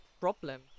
problem